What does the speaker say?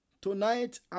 Tonight